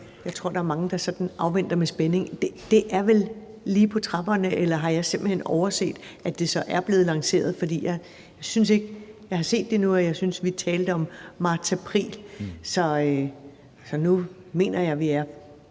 jeg tror der er mange der afventer med spænding. Det er vel lige på trapperne, eller har jeg simpelt hen overset, at det er blevet lanceret? For jeg synes ikke, jeg har set det endnu, og jeg synes, vi talte om marts-april. Nu er vi forbi